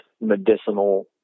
medicinal